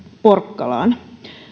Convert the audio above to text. porkkalaan